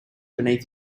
beneath